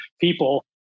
people